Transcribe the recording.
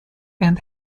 and